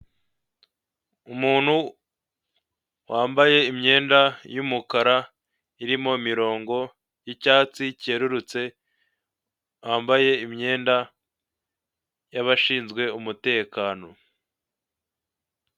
Umuntu wambaye imyenda y'umukara irimo imirongo y'icyatsi cyerurutse, wambaye imyenda y'abashinzwe umutekano.